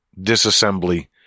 disassembly